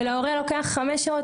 ולהורה לוקח חמש שעות,